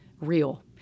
real